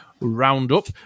roundup